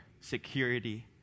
security